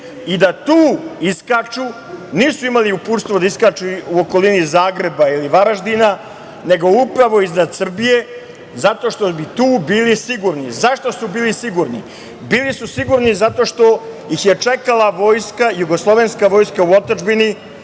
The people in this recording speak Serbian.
i da tu iskaču. Nisu imali uputstvo da iskaču u okolini Zagreba ili Varaždina, nego upravo iznad Srbije, zato što bi tu bili sigurni. Zašto su bili sigurni? Bili su sigurni zato što ih je čekala jugoslovenska vojska u otadžbini